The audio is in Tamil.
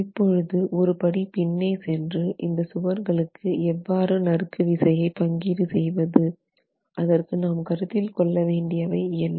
இப்பொழுது ஒரு படி பின்னே சென்று இந்த சுவர்களுக்கு எவ்வாறு நறுக்கு விசையை பங்கீடு செய்வது அதற்கு நாம் கருத்தில் கொள்ள வேண்டியவை என்ன